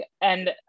and-